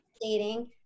dating